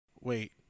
Wait